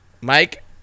Mike